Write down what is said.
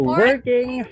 working